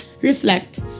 reflect